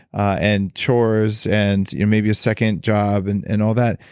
and chores, and yeah maybe a second job, and and all that,